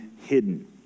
hidden